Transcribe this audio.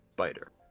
spider